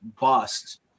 bust